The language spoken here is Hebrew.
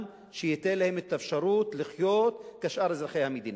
שייתן להם את האפשרות לחיות כשאר אזרחי המדינה,